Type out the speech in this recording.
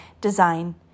design